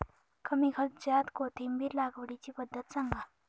कमी खर्च्यात कोथिंबिर लागवडीची पद्धत सांगा